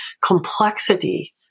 complexity